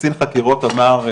הקצין חקירות אמר,